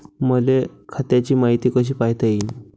मले खात्याची मायती कशी पायता येईन?